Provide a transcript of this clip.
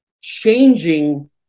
changing